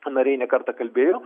nariai ne kartą kalbėjo